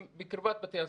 הם בקרבת בתי הספר.